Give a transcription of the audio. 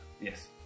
Yes